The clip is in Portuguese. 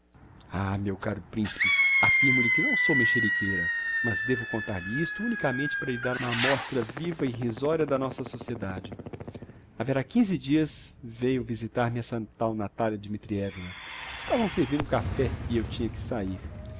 ah meu caro principe affirmo lhe que não sou mexeriqueira mas devo contar-lhe isto unicamente para lhe dar uma amostra viva e irrisoria da nossa sociedade haverá quinze dias veiu visitar-me essa tal natalia dmitrievna estavam servindo o café e eu tinha que sair